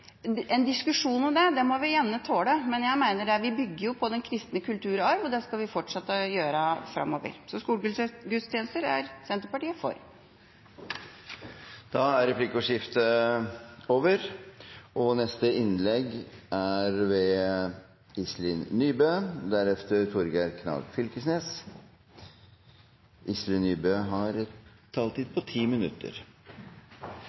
Norge. En diskusjon om dette må vi tåle, men vi bygger jo på den kristne kulturarv. Det skal vi fortsette å gjøre, så skolegudstjenester er Senterpartiet for. Replikkordskiftet er omme. Å utdanne den oppvoksende generasjon er noe av det viktigste et samfunn kan gjøre. Det er